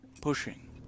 Pushing